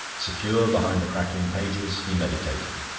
secure behind the crackling pages, he meditated.